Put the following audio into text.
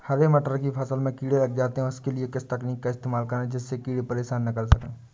हरे मटर की फसल में कीड़े लग जाते हैं उसके लिए किस तकनीक का इस्तेमाल करें जिससे कीड़े परेशान ना कर सके?